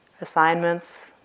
assignments